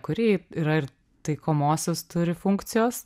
kuri yra ir taikomosios turi funkcijos